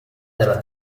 della